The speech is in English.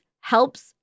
helps